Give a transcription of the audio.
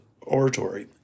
oratory